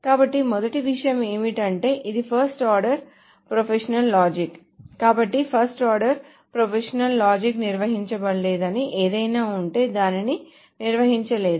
కాబట్టి మొదటి విషయం ఏమిటంటే ఇది ఫస్ట్ ఆర్డర్ ప్రొపొజిషనల్ లాజిక్ కాబట్టి ఫస్ట్ ఆర్డర్ ప్రొపొజిషనల్ లాజిక్ నిర్వహించలేనిది ఏదైనా ఉంటే దానిని ఇది నిర్వహించలేదు